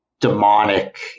demonic